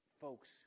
folks